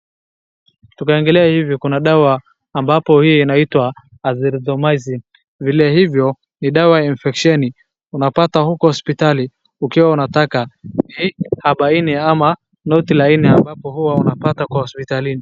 Tukiangalia hivi kuna dawa ambapo hii inaitwa Azithromycin. Vile hivyo ni dawa ya infeksheni unapata huko hospitali ukiwa unataka na hii habaini ama noti la nne ambapo huwa unapata kwa hospitalini.